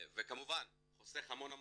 וכמובן זה חוסך המון זמן,